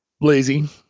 lazy